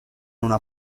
una